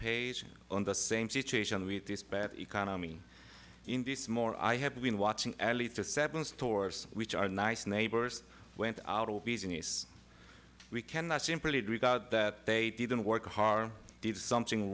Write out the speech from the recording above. page on the same situation with this bad economy in this more i have been watching ellie to seven stores which are nice neighbors went out of business we cannot simply agree that they didn't work hard did something